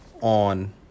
on